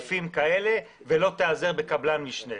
בהיקף כזה ולא תיעזר בקבלן משנה.